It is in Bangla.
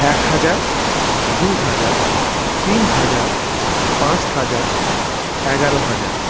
এক হাজার দু হাজার তিন হাজার পাঁচ হাজার এগারো হাজার